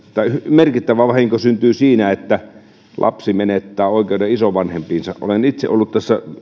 merkittävä vahinko mielestäni syntyy siinä että lapsi menettää oikeuden isovanhempiinsa olen itse ollut tässä